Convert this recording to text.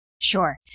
Sure